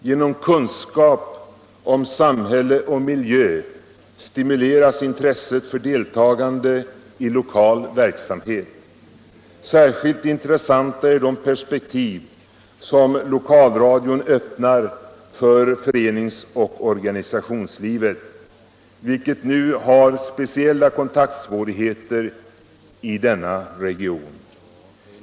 Genom kunskap om samhälle och miljö stimuleras intresset för deltagande i lokal verksamhet. Särskilt intressanta är de perspektiv som lokalradion öppnar för förenings och organisationslivet, vilket nu har speciella kontaktsvårigheter i denna region.